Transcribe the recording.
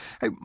Hey